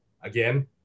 Again